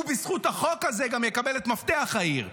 ובזכות החוק הזה גם יקבל את מפתח העיר.